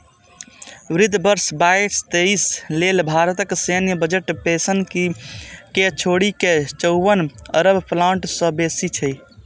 वित्त वर्ष बाईस तेइस लेल भारतक सैन्य बजट पेंशन कें छोड़ि के चौवन अरब डॉलर सं बेसी छै